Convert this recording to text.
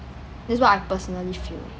this is what I personally feel